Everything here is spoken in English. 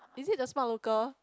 is it the Smart Local